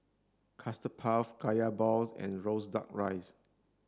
custard puff kaya balls and roasted duck rice